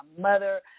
mother